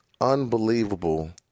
unbelievable